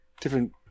different